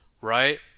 right